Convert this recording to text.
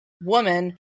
woman